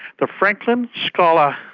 the franklin scholar,